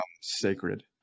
sacred